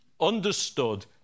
understood